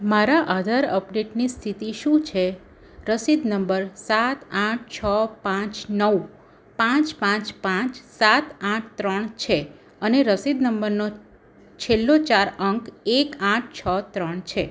મારા આધાર અપડેટની સ્થિતિ શું છે રસીદ નંબર સાત આઠ છ પાંચ નવ પાંચ પાંચ પાંચ સાત આઠ ત્રણ છે અને રસીદ નંબરનો છેલ્લો ચાર અંક એક આઠ છ ત્રણ છે